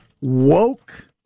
woke